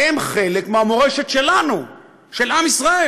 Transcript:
הם חלק מהמורשת שלנו, של עם ישראל,